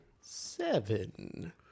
Seven